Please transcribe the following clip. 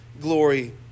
glory